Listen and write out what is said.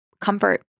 comfort